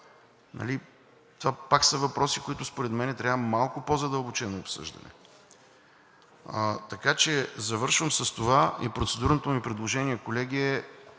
Това пак са въпроси, на които според мен им трябва малко по-задълбочено обсъждане. Така че завършвам с това и процедурното ми предложение, колеги, е,